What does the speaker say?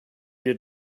get